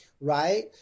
right